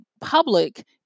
public